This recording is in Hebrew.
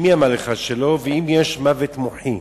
מי אמר לך שלא, והאם יש מוות מוחי?